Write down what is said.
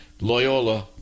Loyola